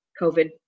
COVID